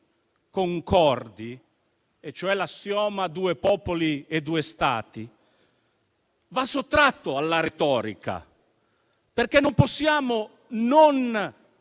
concordi, e cioè l'assioma due popoli e due Stati, va sottratto alla retorica. Non possiamo non